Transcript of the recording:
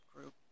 group